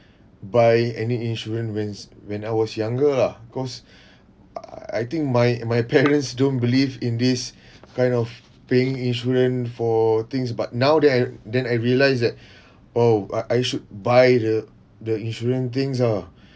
buy any insurance when's when I was younger lah cause I think my my parents don't believe in this kind of paying insurance for things but now then I then I realise that oh I I should buy the the insurance things ah